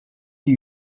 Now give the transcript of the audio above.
die